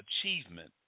achievement